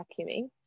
vacuuming